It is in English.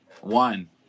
One